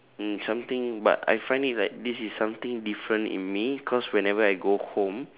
mm something but I find it like this is something different in me cause whenever I go home